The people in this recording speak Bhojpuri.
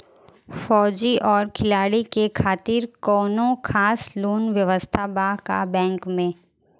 फौजी और खिलाड़ी के खातिर कौनो खास लोन व्यवस्था बा का बैंक में?